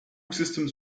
systems